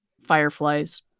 fireflies